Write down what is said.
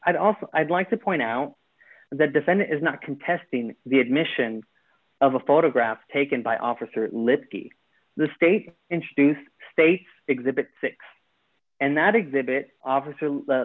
i'd also i'd like to point out the defendant is not contesting the admission of a photograph taken by officer lippy the state introduced state's exhibit six and that exhibit officer